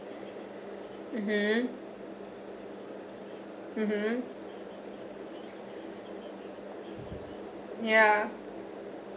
mmhmm mmhmm ya